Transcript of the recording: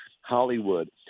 hollywood